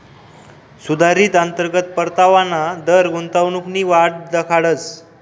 सुधारित अंतर्गत परतावाना दर गुंतवणूकनी वाट दखाडस